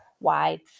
wide